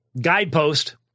guidepost